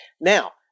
Now